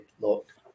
look